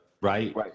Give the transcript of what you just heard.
right